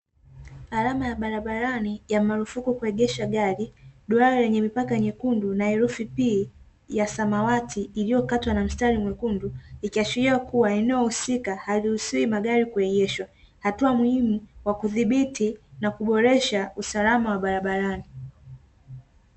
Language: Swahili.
Alama ya barabarani ya marufuku kuegesha gari, duara lenye mipaka nyekundu na herufi "P" ya samawati iliyokatwa na mstari mwekundu, ikiashiria kuwa eneo husika haliruhusiwi magari kuegeshwa, hatua muhimu kwa kudhibiti na kuboresha usalama wa barabarani.